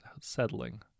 settling